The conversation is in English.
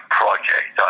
project